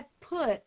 put